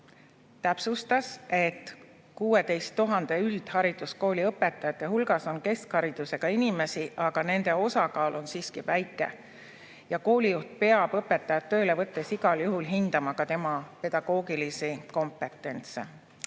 täpsustas, et 16 000 üldhariduskooliõpetaja hulgas on keskharidusega inimesi, aga nende osakaal on siiski väike. Ja koolijuht peab õpetajat tööle võttes igal juhul hindama ka tema pedagoogilisi kompetentse.